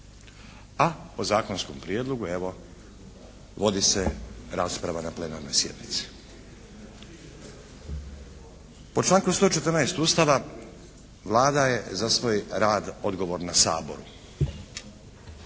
a o zakonskom prijedlogu evo vodi se rasprava na plenarnoj sjednici. Po članku 114. Ustava Vlada je za svoj rad odgovorna Saboru,